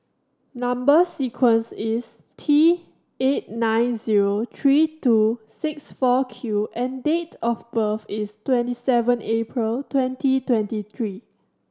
number sequence is T eight nine zero three two six four Q and date of birth is twenty seven April twenty twenty three